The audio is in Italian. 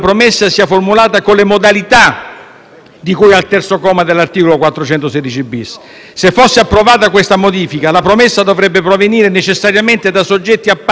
di cui al terzo comma dell'articolo 416-*bis*. Se fosse approvata questa modifica, la promessa dovrebbe provenire necessariamente da soggetti appartenenti all'associazione mafiosa;